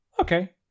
Okay